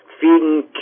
feeding